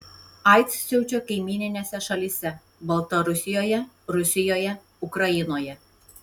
aids siaučia kaimyninėse šalyse baltarusijoje rusijoje ukrainoje